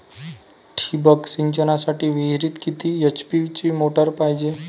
ठिबक सिंचनासाठी विहिरीत किती एच.पी ची मोटार पायजे?